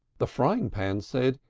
the frying-pan said,